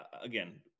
again